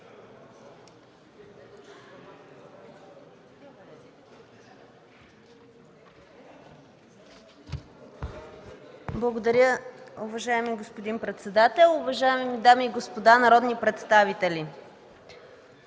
председател. Уважаеми господин председател, уважаеми дами и господа народни представители,